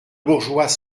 bourgeois